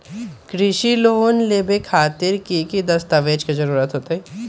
कृषि लोन लेबे खातिर की की दस्तावेज के जरूरत होतई?